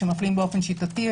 שמפלים באופן שיטתי,